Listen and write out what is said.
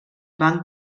van